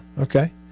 Okay